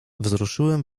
wzruszyłem